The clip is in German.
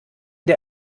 der